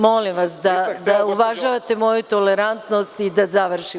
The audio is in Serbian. Molim vas da uvažavate moju tolerantnost i da završimo.